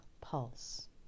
pulse